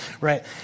Right